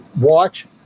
watch